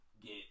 get